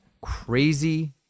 Crazy